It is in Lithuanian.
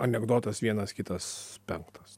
anekdotas vienas kitas penktas